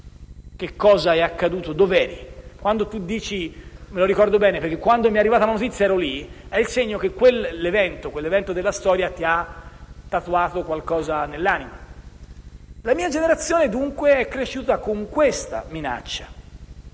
cosa è accaduto e dove eri. Quando si dice: «Me lo ricordo bene, perché quando è arrivata la notizia ero lì», è il segno che quell'evento della storia ci ha tatuato qualcosa nell'anima. La mia generazione dunque è cresciuta con questa minaccia.